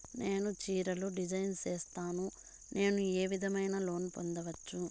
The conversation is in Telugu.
నేను చీరలు డిజైన్ సేస్తాను, నేను ఏ విధమైన లోను పొందొచ్చు